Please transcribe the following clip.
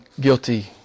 guilty